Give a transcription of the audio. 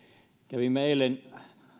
kävimme eilen